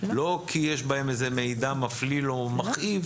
לא כי יש בהן איזה מידע מפליל או מכאיב,